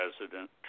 President